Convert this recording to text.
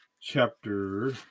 chapter